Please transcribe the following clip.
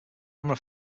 camera